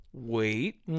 Wait